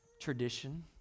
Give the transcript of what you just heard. tradition